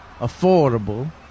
affordable